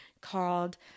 called